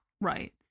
right